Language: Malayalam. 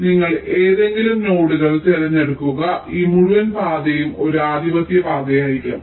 അതിനാൽ നിങ്ങൾ ഏതെങ്കിലും നോഡുകൾ തിരഞ്ഞെടുക്കുക ഈ മുഴുവൻ പാതയും ഒരു ആധിപത്യ പാതയായിരിക്കും